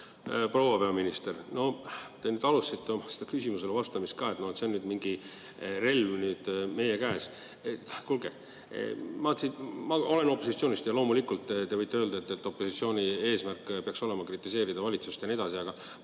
Proua peaminister! Te alustasite seda küsimusele vastamist, et see on mingi relv meie käes. Kuulge, ma olen opositsioonist ja loomulikult te võite öelda, et opositsiooni eesmärk peaks olema kritiseerida valitsust ja nii edasi, aga